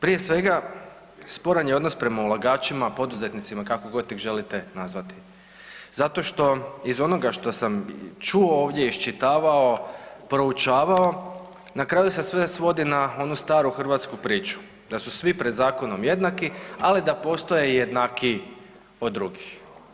Prije svega sporan je odnos prema ulagačima, poduzetnicima, kako god ih želite nazvati zato što iz onoga što sam čuo ovdje, iščitavao, proučavao, na kraju se sve svodi na onu staru hrvatsku priču da su svi pred zakonom jednaki, ali da postoje jednakiji od drugih.